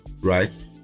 right